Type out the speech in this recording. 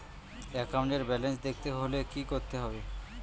একাউন্টের ব্যালান্স দেখতে হলে কি করতে হবে?